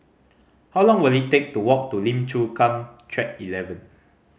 how long will it take to walk to Lim Chu Kang Track Eleven